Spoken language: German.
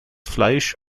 fleisch